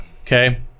Okay